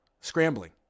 Scrambling